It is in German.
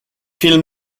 viel